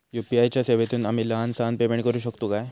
UPI च्या सेवेतून आम्ही लहान सहान पेमेंट करू शकतू काय?